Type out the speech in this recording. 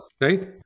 right